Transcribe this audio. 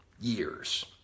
years